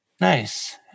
Nice